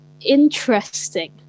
interesting